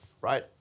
right